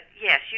yes